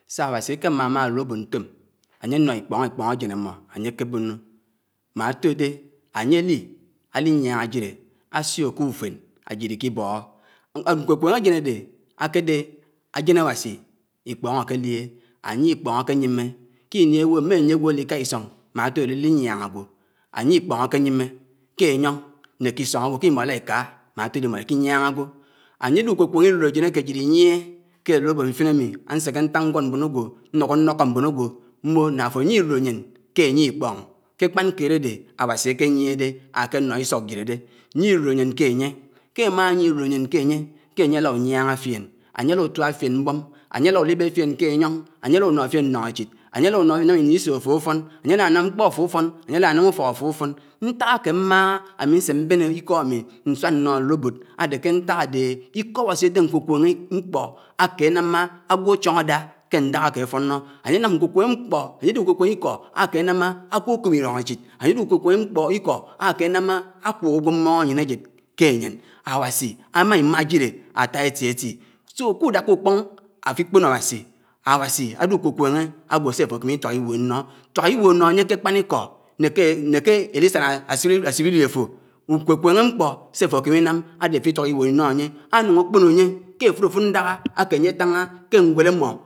Sá abasí ákè maa maa adòlòbòt ntòm ányè nó ikpoño ikpón ájen ámò anye ákò bómò má atò dè ányè lí á li nyáñyá jidè ásio k'ufén ájid iké bóhó nkwé kwén ájen ádè áke dè ájen abasi ikpón ákè lieñ ányè ikpòn ákè nyimmé k'ini égwógò mè ányiè ili kà isoñ má átò de álí nyaña ágwò, ányè ikpoñ ákè nyimmè ké enyióñ né k'isoñ ábó k'imó ina iká má áfò dé imo iki nyaña ágwò. Ányè de ukwu kweñe idorenyin ájid ínlégné ké adòlòbòt mfiñ ámi ánsèkè ntañ nwód mmón ágwò nwkó ndókó mmón ágwò mbò n'àfò ányie idorényin ké ányè ikpoñ ké ákpán kéd ádè Abasi ákè nyiéghé dé, ákè nóghó isòk jidé dé, nyié idorényin ké ányè, ámaa nyié idoényin ké ányè, ké ányè ala unyaña fieñ ké anyioñ, ányè ala unó fién ndógésit, ányè ala unó ánám ini'só àfò àfón, ányè ana nám mkpó àfò àfòn, ányè ana nám ufok àfòn. Ntàk ákè mmághá ámi nse mbén ikó ámi nsuán nnó adòlòbòt ádè ké ntàk ádèhè ikó abasi álà nkwukwéngé mkpó ákè námmá ágwò áchioñ ádá ké ndághá ákè fónnó, ányè nám nkwukwéngé mkpó ányè dé nkwukwéngé ikó ákè námmá ágwò kóp idongéchid, ányè di nkwukwéngé mkpó, ikó ákè námmá ákwòk ágwò mmóñ ányén ajid ké ányén Awasi ámá maa jidé átá éti éti so k'udáká ukpón àfò ikpoño awasi. Awasi ádè akwukwényé ágwò sè àfò ákèmè ituák igwò nnó, tuák igwòd nó ányè ke ákpánikó. nèkè édisánà á sibi, ásibinit àfò, nkwukwéngé mkpó sé àfò ákèmi nám ádè àfò ituák igwód nnó ányè anáñ ákpóno ányè ké áfui áfud ndághá ányè tána iké nwéd ámò